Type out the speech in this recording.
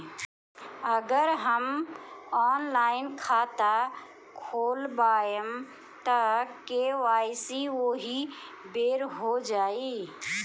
अगर हम ऑनलाइन खाता खोलबायेम त के.वाइ.सी ओहि बेर हो जाई